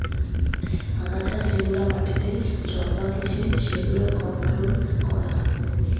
আগাছা যেগুলা মাটিতে জন্মাতিচে সেগুলার কন্ট্রোল করা